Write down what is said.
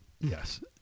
yes